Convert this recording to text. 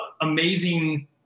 amazing